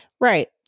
Right